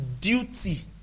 duty